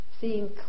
seeing